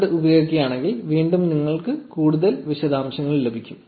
0 ഉപയോഗിക്കുകയാണെങ്കിൽ വീണ്ടും നിങ്ങൾക്ക് കൂടുതൽ വിശദാംശങ്ങൾ ലഭിക്കും